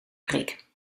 prik